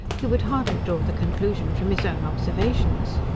he would hardly draw the conclusion from his own observations.